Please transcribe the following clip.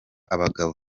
abagabo